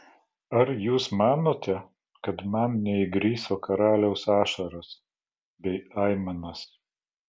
ar jūs manote kad man neįgriso karaliaus ašaros bei aimanos